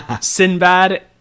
Sinbad